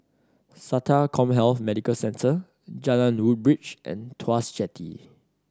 SATA CommHealth Medical Centre Jalan Woodbridge and Tuas Jetty